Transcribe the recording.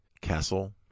Castle